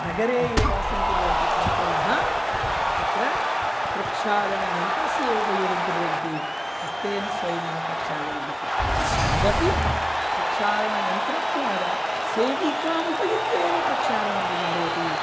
नगरे ये वासं कुर्वन्ति छात्राः तत्र प्रक्षालनयन्त्रस्येव उपयोगं कुर्वन्ति हस्तेन स्वयं न प्रक्षालयन्ति तदपि प्रक्षालनयन्त्रद्वारा सेविकाम् उपयुज्य एव प्रक्षालनम् इति भवति